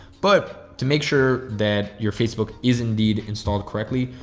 but to make sure that your facebook is indeed installed correctly,